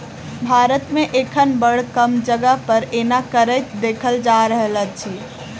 भारत मे एखन बड़ कम जगह पर एना करैत देखल जा रहल अछि